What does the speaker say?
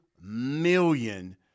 million